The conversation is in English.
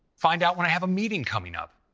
find out when i have a meeting coming up.